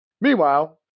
Meanwhile